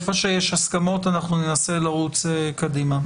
כי איפה שיש הסכמות ננסה לרוץ קדימה.